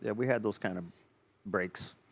and we had those, kinda, breaks.